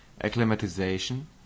acclimatization